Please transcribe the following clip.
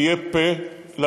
תהיה פה לעניין,